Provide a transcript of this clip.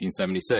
1976